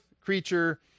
creature